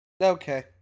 okay